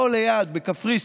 פה ליד, בקפריסין,